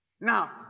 Now